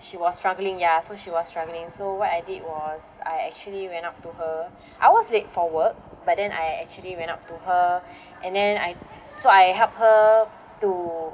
she was struggling ya so she was struggling so what I did was I actually went up to her I was late for work but then I actually went up to her and then I so I help her to